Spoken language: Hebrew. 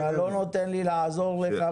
רגע, אתה לא נותן לי לעזור לך.